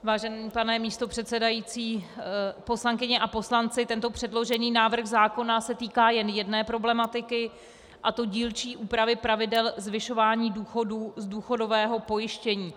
Vážený pane místopředsedo, poslankyně a poslanci, předložený návrh zákona se týká jen jedné problematiky, a to dílčí úpravy pravidel zvyšování důchodů z důchodového pojištění.